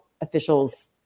officials